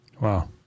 Wow